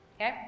okay